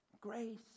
Grace